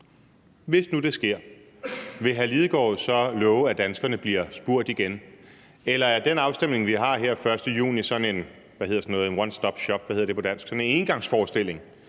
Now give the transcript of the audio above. hvis nu det sker, vil hr. Martin Lidegaard så love, at danskerne bliver spurgt igen? Eller er den afstemning, vi har her den 1. juni, sådan en one stop shop,